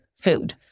food